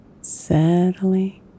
Settling